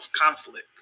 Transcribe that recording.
conflict